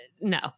no